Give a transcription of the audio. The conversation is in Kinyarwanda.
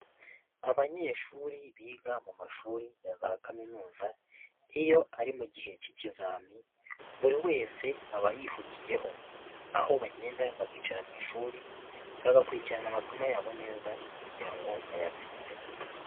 Abanyeshuri biga mu mashuri ya za Kaminuza, iyo ari mu gihe k'ikizami, buri wese aba yihugiyeho. Aho bagenda bakicara mu ishuri, bagakurikirana amasomo yabo neza kugira ngo bayatsinde.